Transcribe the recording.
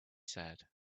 said